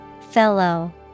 Fellow